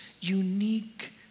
unique